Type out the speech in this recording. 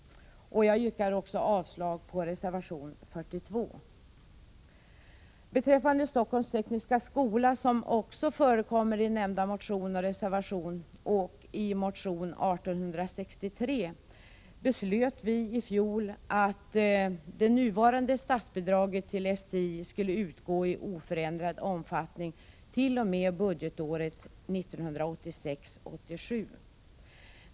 Beträffande Stockholms tekniska skola, som också förekommer i nämnda motion och reservation och i motion 1863, beslöt vi i fjol att det nuvarande statsbidraget till STI skulle utgå i oförändrad omfattning t.o.m. budgetåret 1986/87.